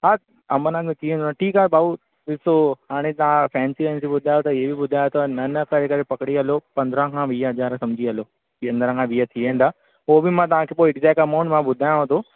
हा अमन हन में थी वेंदुव ठीकु आहे भाउ ॾिसो हाणे तव्हां फैंसी वैंसी ॿुधायो त हीउ बि ॿुधायो अथव न न करे करे पकड़ी हलो पंद्रहं खां वीह हज़ार सम्झी हलो पंद्रहं खां वीह थी वेंदा पोइ बि मां तव्हां खे पोइ एग्ज़ेक्ट अमाऊंट मां ॿुधायांव थो